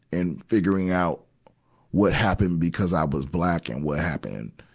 and figuring out what happened because i was black and what happened,